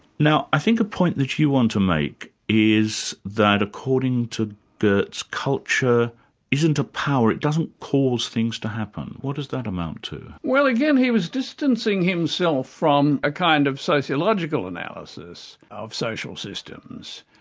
now i think a point that you want to make is that according to geertz, culture isn't a power, it doesn't cause things to happen. what does that amount to? well again, he was distancing himself from a kind of sociological analysis of social systems,